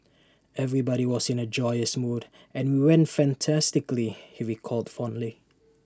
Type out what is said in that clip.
everybody was in A joyous mood and IT went fantastically he recalled fondly